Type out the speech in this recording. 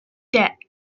deck